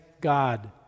God